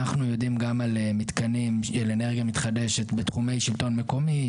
אנחנו יודעים גם על מתקנים של אנרגיה מתחדשת בתחומי שלטון מקומי,